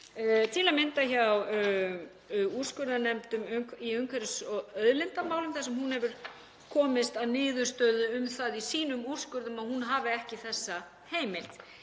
til að mynda hjá úrskurðarnefnd í umhverfis- og auðlindamálum þar sem hún hefur komist að niðurstöðu um það í sínum úrskurðum að hún hafi ekki þessa heimild.